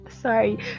sorry